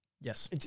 Yes